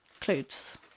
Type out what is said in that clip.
includes